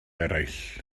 eraill